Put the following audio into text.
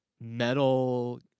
metal